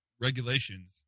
regulations